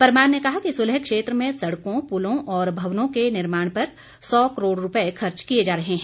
परमार ने कहा कि सुलह क्षेत्र में सड़कों पुलों और भवनों के निर्माण पर सौ करोड़ रूपये खर्च किए जा रहे हैं